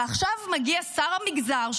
ועכשיו מגיע שר המגזר,